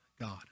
God